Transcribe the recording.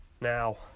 Now